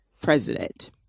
president